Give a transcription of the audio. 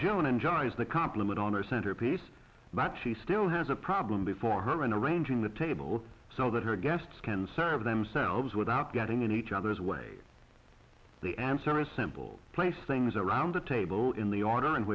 joan enjoys the compliment on a centerpiece but she still has a problem before her and arranging the table so that her guests can serve themselves without getting in each other's way the answer is simple place things around the table in the order